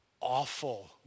awful